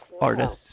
artists